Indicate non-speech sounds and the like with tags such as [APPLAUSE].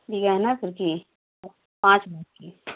[UNINTELLIGIBLE] पाँच